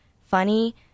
funny